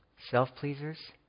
self-pleasers